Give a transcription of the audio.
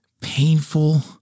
painful